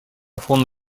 фон